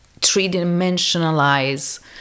three-dimensionalize